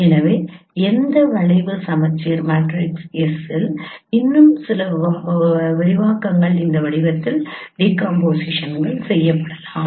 எனவே எந்த வளைவு சமச்சீர் மேட்ரிக்ஸ் S இல் இன்னும் சில விரிவாக்கங்கள் இந்த வடிவத்தில் டீகாம்போசிஷன் செய்யப்படலாம்